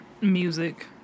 Music